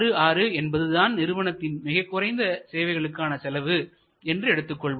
66 என்பது தான் நிறுவனத்தின் மிகக்குறைந்த சேவைகளுக்கான செலவு என்று எடுத்துக்கொள்வோம்